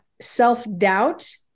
self-doubt